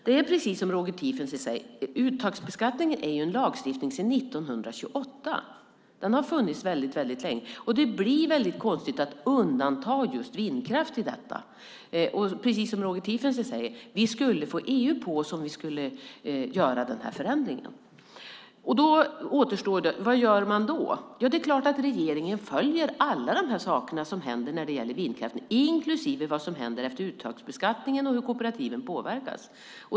Det är precis som Roger Tiefensee säger att uttagsbeskattningen är en lagstiftning som har funnits sedan 1928. Den har funnits väldigt länge. Det blir väldigt konstigt att undanta just vindkraft från detta. Vi skulle få EU på oss om vi skulle göra den här förändringen, precis som Roger Tiefensee säger. Vad gör man då? Det är klart att regeringen följer allt det som händer när det gäller vindkraften, inklusive det som händer efter uttagsbeskattningen och hur kooperativen påverkas.